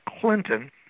Clinton